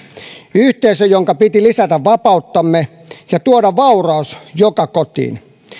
yhteisönä jonka piti lisätä vapauttamme ja tuoda vauraus joka kotiin